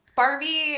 Barbie